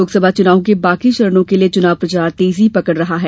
लोकसभा चुनाव के बाकी चरणों के लिए चुनाव प्रचार तेजी पकड़ रहा है